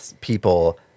people